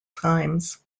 times